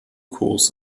kurs